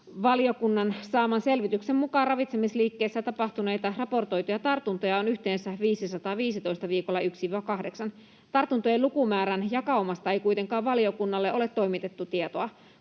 ”Valiokunnan saaman selvityksen mukaan ravitsemisliikkeissä tapahtuneita raportoituja tartuntoja on yhteensä 515 viikoilla 1—8. Tartuntojen lukumäärän jakaumasta ei kuitenkaan valiokunnalle ole toimitettu tietoa.